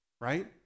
right